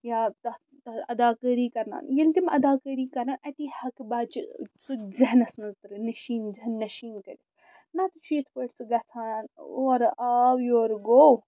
یا تَتھ اداکٲری کرناو ییٚلہِ تِم اداکٲری کرن اَتی ہٮ۪کہٕ بَچہِ سُہ ذہنَس منٛز کٔرِتھ نتہٕ چھُ یِتھ پٲٹھۍ سُہ گژھان اورٕ آو یورٕ گوٚو